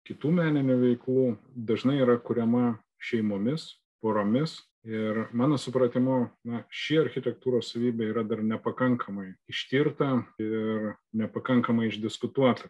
kitų meninių veiklų dažnai yra kuriama šeimomis poromis ir mano supratimu na šį architektūros savybė yra dar nepakankamai ištirta ir nepakankamai išdiskutuota